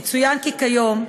יצוין כי כיום,